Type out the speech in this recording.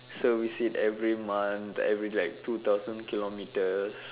service it every month every like two thousand kilometres